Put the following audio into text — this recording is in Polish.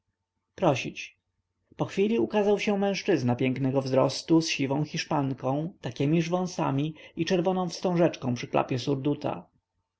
prosić po chwili ukazał się mężczyzna pięknego wzrostu z siwą hiszpanką takiemiż wąsami i czerwoną wstążeczką przy klapie